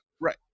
Right